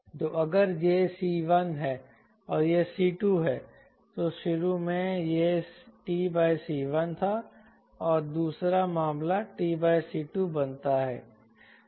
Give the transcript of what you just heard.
तो अगर यह c1 है और यह c2 है तो शुरू में यह t c1 था और दूसरा मामलाt c2 बनता है